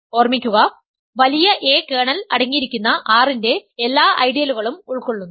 ഓർമിക്കുക വലിയ A kernel അടങ്ങിയിരിക്കുന്ന R ന്റെ എല്ലാ ഐഡിയലുകളും ഉൾക്കൊള്ളുന്നു